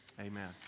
Amen